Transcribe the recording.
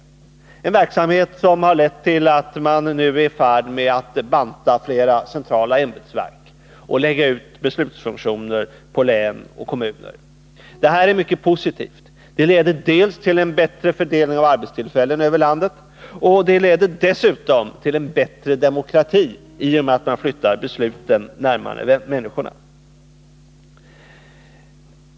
Denna verksamhet har lett till att man nu är i färd med att banta flera centrala ämbetsverk och lägga ut beslutsfunktioner på län och kommuner. Detta är mycket positivt. Det leder dels till en bättre fördelning av arbetstillfällena över landet, dels till en bättre demokrati, i och med att man flyttar besluten närmare människorna.